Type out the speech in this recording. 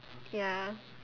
ya